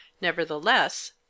nevertheless